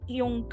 yung